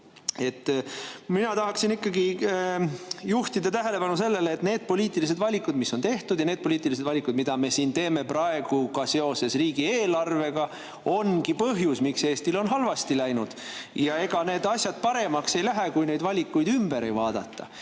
tahaksin ikkagi juhtida tähelepanu sellele, et need poliitilised valikud, mis on tehtud, ja need poliitilised valikud, mida me siin teeme praegu ka seoses riigieelarvega, ongi põhjus, miks Eestil on halvasti läinud. Ega need asjad paremaks ei lähe, kui neid valikuid ümber ei vaadata.